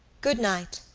good-night.